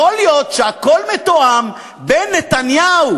יכול להיות שהכול מתואם בין נתניהו